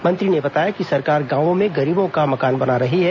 मंत्री ने बताया कि सरकार गांवों में गरीबों का मकान बना रही है